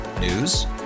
News